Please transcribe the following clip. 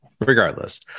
regardless